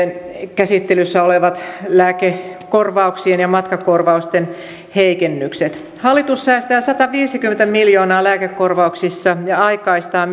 käsittelyssä olevat lääkekorvauksien ja matkakorvausten heikennykset hallitus säästää sataviisikymmentä miljoonaa lääkekor vauksissa ja aikaistaa